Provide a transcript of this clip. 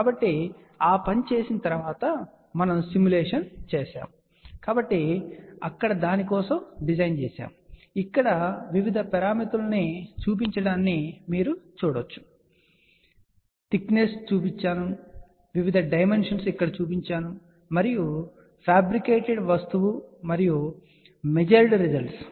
కాబట్టి ఆ పని చేసిన తరువాత మనము సిమ్యులేషన్ చేసాము కాబట్టి ఇక్కడ దాని కోసం డిజైన్ ఉంది ఇక్కడ వివిధ పారామితులను చూపించడాన్ని మీరు చూడవచ్చు థిక్నెస్ చూపబడింది వివిధ డైమెన్షన్స్ ఇక్కడ చూపించబడ్డాయి మరియు ఇది ఫ్యాబ్రికేటెడ్ వస్తువు మరియు ఇవి ఇప్పుడు మెజర్డ్ రిజల్ట్స్